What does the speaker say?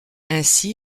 ainsi